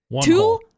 Two